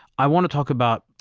i want to talk about,